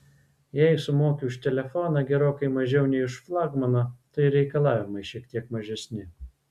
jei sumoki už telefoną gerokai mažiau nei už flagmaną tai ir reikalavimai šiek tiek mažesni